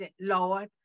Lord